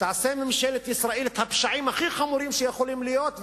תעשה ממשלת ישראל את הפשעים הכי חמורים שיכולים להיות,